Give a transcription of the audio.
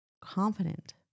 confident